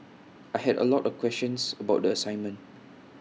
I had A lot of questions about the assignment